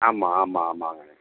ஆமாம் ஆமாம் ஆமாங்க